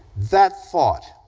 that thought,